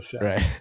right